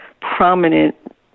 prominent